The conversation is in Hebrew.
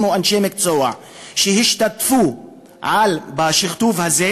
או מאנשי מקצוע שהשתתפו בשכתוב הזה,